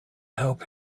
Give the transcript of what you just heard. help